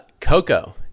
Coco